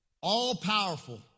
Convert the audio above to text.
all-powerful